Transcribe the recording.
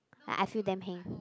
like I feel damn heng